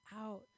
out